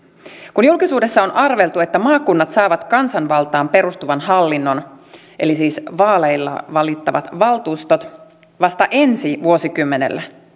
kun julkisuudessa on arveltu että maakunnat saavat kansanvaltaan perustuvan hallinnon eli siis vaaleilla valittavat valtuustot vasta ensi vuosikymmenellä